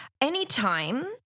Anytime